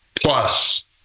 plus